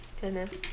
Goodness